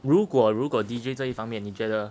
如果如果 D_J 这一方面你觉得